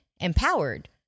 empowered